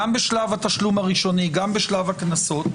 גם בשלב התשלום הראשוני, גם בשלב הקנסות?